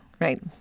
right